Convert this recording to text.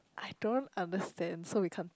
I don't understand so we can't